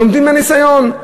לומדים מהניסיון.